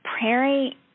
prairie